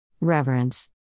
Reverence